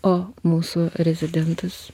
o mūsų rezidentas